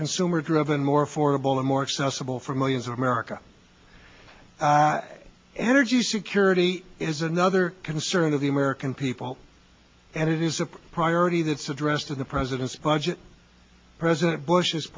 consumer driven more affordable and more accessible for millions of america energy security is another concern of the american people and it is a priority that's addressed to the president's budget president bush has